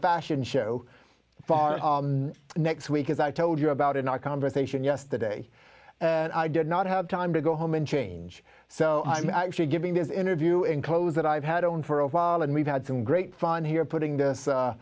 fashion show next week as i told you about in our conversation yesterday and i did not have time to go home and change so i'm actually giving this interview in clothes that i've had on for a while and we've had some great fun here putting th